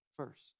first